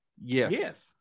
Yes